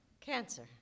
Cancer